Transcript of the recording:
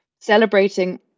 celebrating